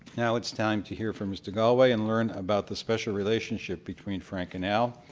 now it's time to hear from mr. golway and learn about the special relationship between frank and al.